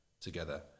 together